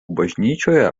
bažnyčioje